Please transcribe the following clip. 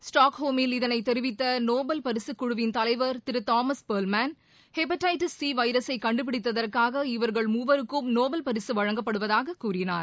ஸ்டாக்ஹோமில் இதனை தெரிவித்த நோபல் பரிசுக் குழுவின் தலைவர் திரு தாமஸ் பெர்ல்மென் ஹெப்பட்டீஸ் சி வைரஸை கண்டுபிடித்தற்காக இவர்கள் மூவருக்கும் நோபல் பரிசு வழங்கப்படுவதாக கூறினார்